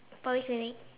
polyclinic